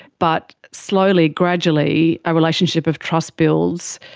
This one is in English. but slowly, gradually, a relationship of trust builds,